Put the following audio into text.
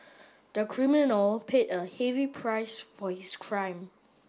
the criminal paid a heavy price for his crime